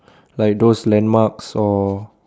like those landmarks or